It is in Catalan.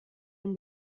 amb